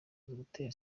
gutera